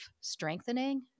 strengthening